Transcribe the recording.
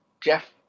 Jeff